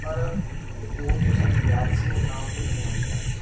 ਪਰ ਉਹ ਜੋ ਸਾਡੀ ਯਾਦ ਸੀ ਉਹ ਨਾ ਭੁੱਲਣ ਵਾਲੀ ਯਾਦ ਸੀ